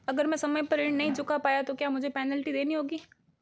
अगर मैं समय पर ऋण नहीं चुका पाया तो क्या मुझे पेनल्टी देनी होगी?